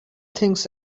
things